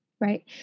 Right